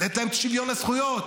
לתת להם שוויון זכויות,